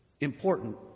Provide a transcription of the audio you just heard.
important